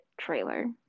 trailer